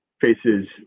faces